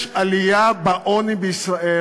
יש עלייה בעוני בישראל.